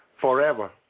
forever